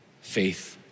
faith